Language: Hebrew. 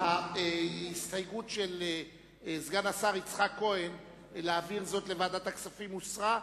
אבל ההסתייגות של סגן השר יצחק כהן להעביר זאת לוועדת הכספים הוסרה,